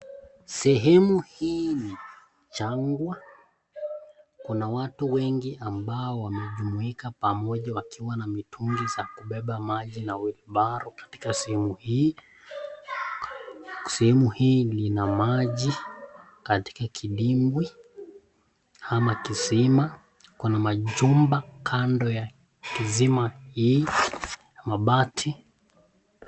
Sehemu hii ni jangwa. Kuna watu wengi ambao wamejumiuka pamoja wakiwa na mitungi za kubeba maji na wheelbarrow katika sehemu hii. Sehemu hii ina maji katika kidimbwi ama kisima. Kuna majumba kando ya kisima hii ya mabati.